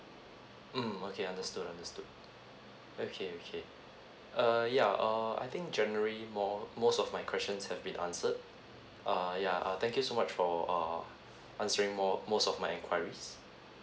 mm okay understood understood okay okay err yeah err I think generally more most of my questions have been answered err ya uh thank you so much for err answering more most of my enquiries